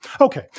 Okay